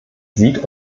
sieht